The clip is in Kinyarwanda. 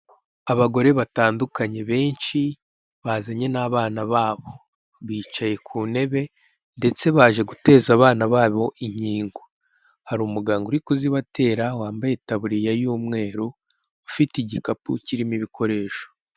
Abagore batandukanye, benshi, bazanye n'abana babo. Bicaye ku ntebe, ndetse baje guteza abana babo inkingo. Hari umuganga uri kuzibatera, wambaye itaburiya y'umweru, ufite igikapu kirimo ibikoresho.